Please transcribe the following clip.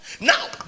Now